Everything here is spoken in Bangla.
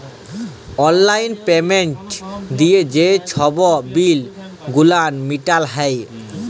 অললাইল পেমেল্ট দিঁয়ে যে ছব বিল গুলান মিটাল হ্যয়